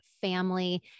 family